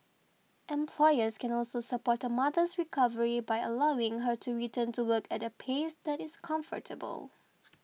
employers can also support a mother's recovery by allowing her to return to work at a pace that is comfortable